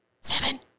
Seven